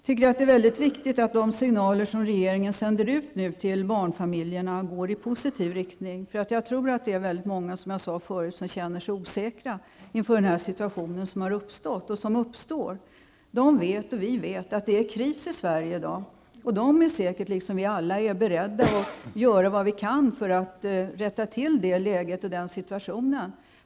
Fru talman! Det är mycket viktigt att de signaler regeringen nu sänder ut till barnfamiljerna går i positiv riktning. Jag tror nämligen, som jag sade förut, att det är väldigt många som känner sig osäkra inför den situation som har uppstått och som uppstår. Dessa människor vet och vi vet att det i dag är kris i Sverige, och de är säkert -- liksom vi alla -- beredda att göra vad de kan för att rätta till den situationen.